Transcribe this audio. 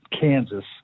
Kansas